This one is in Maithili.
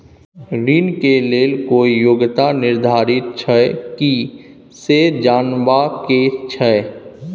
ऋण के लेल कोई योग्यता निर्धारित छै की से जनबा के छै?